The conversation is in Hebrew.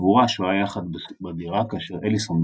החבורה שוהה יחד בדירה כאשר אליסון,